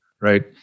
right